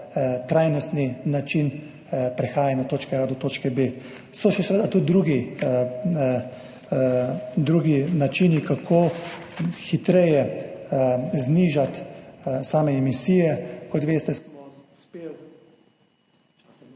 trajnostni način prehajanja od točke A do točke B. So še seveda tudi drugi načini, kako hitreje znižati same emisije. Kot veste, smo uspeli